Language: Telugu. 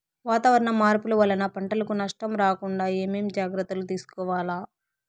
వాతావరణ మార్పులు వలన పంటలకు నష్టం రాకుండా ఏమేం జాగ్రత్తలు తీసుకోవల్ల?